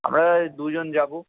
আমরা এই দুজন যাব